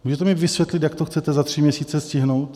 Můžete mi vysvětlit, jak to chcete za tři měsíce stihnout?